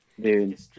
Dude